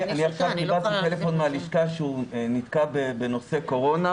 אני עכשיו קיבלתי טלפון מהלשכה שהוא נתקע בנושא קורונה,